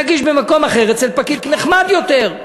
נגיש במקום אחר, אצל פקיד נחמד יותר".